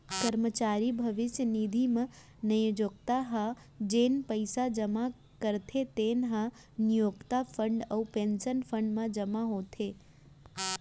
करमचारी भविस्य निधि म नियोक्ता ह जेन पइसा जमा करथे तेन ह नियोक्ता फंड अउ पेंसन फंड म जमा होथे